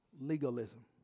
Legalism